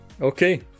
Okay